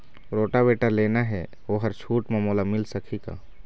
Rotavator लेना हे ओहर छूट म मोला मिल सकही का?